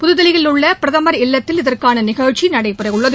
புதுதில்லியில் உள்ள பிரமர் பிரதமர் இல்லத்தில் இதற்கான நிகழ்ச்சி நடைபெறவுள்ளது